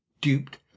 duped